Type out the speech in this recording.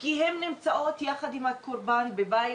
כי הן נמצאות יחד עם הגבר בבית,